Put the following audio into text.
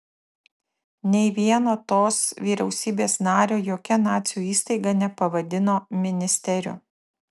nei vieno tos vyriausybės nario jokia nacių įstaiga nepavadino ministeriu